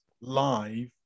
live